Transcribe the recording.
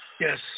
Yes